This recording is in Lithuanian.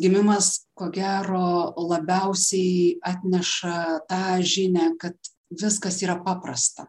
gimimas ko gero labiausiai atneša tą žinią kad viskas yra paprasta